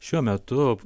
šiuo metu